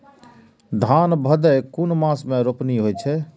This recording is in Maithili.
धान भदेय कुन मास में रोपनी होय छै?